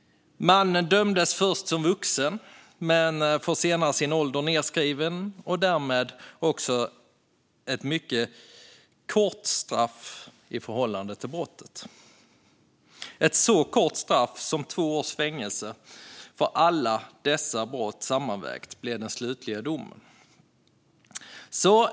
Mannen dömdes först som vuxen men fick senare sin ålder nedskriven och därmed också ett mycket kort straff i förhållande till brotten. Ett så kort straff som två års fängelse för alla dessa brott sammanvägt blev den slutliga domen.